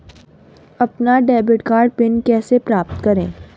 अपना debit card pin कैसे प्राप्त करें?